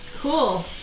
Cool